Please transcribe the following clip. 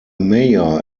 mayor